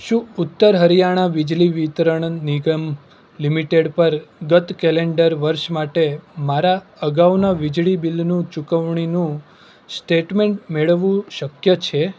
શું ઉત્તર હરિયાણા બિજલી વિતરણ નિગમ લિમિટેડ પર ગત કેલેન્ડર વર્ષ માટે મારા અગાઉના વીજળી બિલનું ચૂકવણીનું સ્ટેટમેન્ટ મેળવવું શક્ય છે